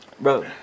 Bro